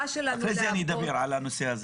אחרי זה אני דבר על הנושא הזה.